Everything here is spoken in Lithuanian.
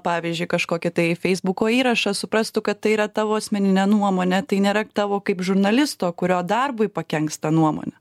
pavyzdžiui kažkokį tai feisbuko įrašą suprastų kad tai yra tavo asmeninė nuomonė tai nėra tavo kaip žurnalisto kurio darbui pakenks ta nuomonė